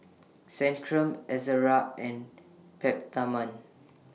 Centrum Ezerra and Peptamen